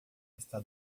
está